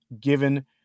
given